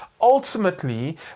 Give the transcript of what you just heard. ultimately